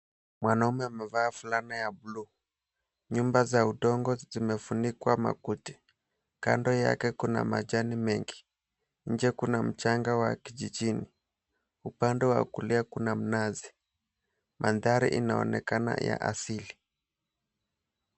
Mwanamume amevaa fulana ya blue . Nyumba za udongo zimefunikwa makuti. Kando yake kuna majani mengi. Nje kuna mchanga wa kijijini. Upande wa kulia kuna mnazi. Mandhari inaonekana ya asili.